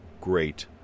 great